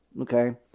okay